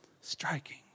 Striking